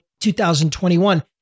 2021